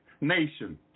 nation